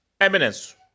Eminence